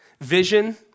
vision